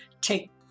take